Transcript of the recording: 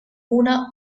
una